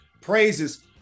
praises